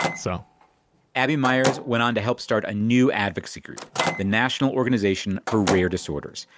so abbey meyers went on to help start a new advocacy group the national organization for rare disorders,